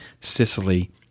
Sicily